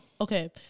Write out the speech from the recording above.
okay